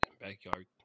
backyard